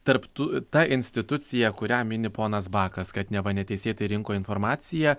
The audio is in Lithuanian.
tarp tų ta institucija kurią mini ponas bakas kad neva neteisėtai rinko informaciją